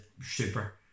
super